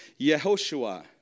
Yehoshua